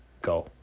go